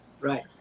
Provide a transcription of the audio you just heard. right